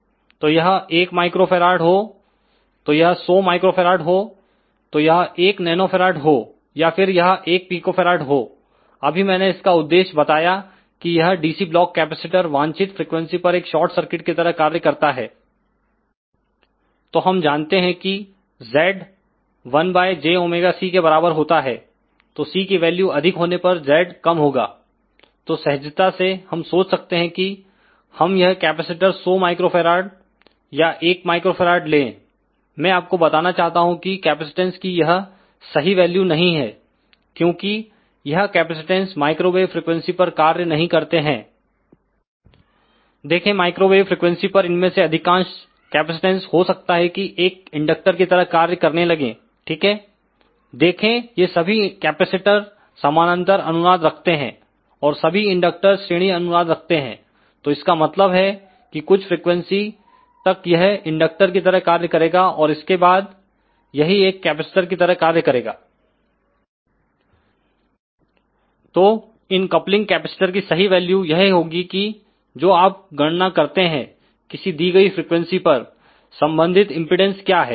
तो यह 1 µF हो तो यह 100 µF हो तो यह 1 nF हो या फिर यह 1pF हो अभी मैंने इसका उद्देश बताया कि यह DC ब्लॉक कैपेसिटर वांछित फ्रीक्वेंसी पर एक शार्ट सर्किट की तरह कार्य करता है तो हम जानते हैं कि Z 1jωC के बराबर होता है तो C की वैल्यू अधिक होने पर Z कम होगा तो सहजता से हम सोच सकते हैं की हम यह कैपेसिटर 100 माइक्रोफैरड या 1 माइक्रोफैरड ले मैं आपको बताना चाहता हूं कि कैपेसिटेंस की यह सही वैल्यू नहीं है क्योंकि यह कैपेसिटेंस माइक्रोवेव फ्रिकवेंसी पर कार्य नहीं करते हैं देखें माइक्रोवेव फ्रिकवेंसी परइनमें से अधिकांशकैपेसिटेंस हो सकता हैं कि एक कंडक्टर की तरह कार्य करने लगेठीक है देखें ये सभी कैपेसिटर समांतर अनुनाद रखते हैं और सभी इंडक्टर श्रेणी अनुनाद रखते हैं तो इसका मतलब है कि कुछ फ्रीक्वेंसी तक यह इंडक्टर की तरह कार्य करेगा इसके बाद यही एक कैपेसिटर की तरह कार्य करेगा तो इन कपलिंग कैपेसिटर की सही वैल्यू यह होगी कि जो आप गणना करते हैं किसी दी गई फ्रीक्वेंसी पर संबंधित इंपेडेंस क्या है